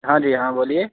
ہاں جی ہاں بولیے